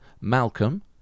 Malcolm